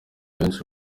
benshi